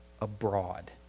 abroad